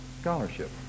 scholarship